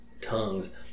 tongues